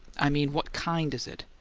i mean what kind is it?